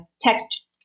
text